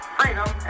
freedom